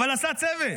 אבל עשה צוות,